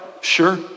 sure